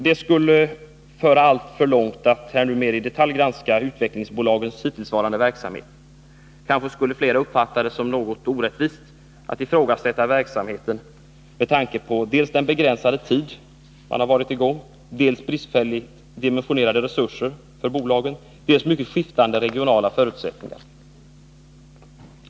Det skulle föra alltför långt att här nu mer i detalj granska utvecklingsbolagens verksamhet. Kanske skulle flera uppfatta det som något orättvist att ifrågasätta verksamheten med tanke på dels den begränsade tid verksamheten varit i gång, dels bristfälligt dimensionerade resurser, dels mycket skiftande regionala förutsättningar.